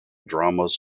dramas